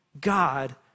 God